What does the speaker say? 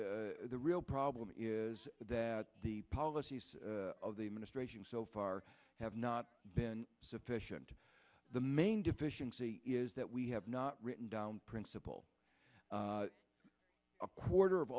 is the real problem is that the policies of the administration so far have not been sufficient the main deficiency is that we have not written down principle a quarter of